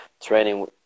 training